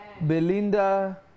Belinda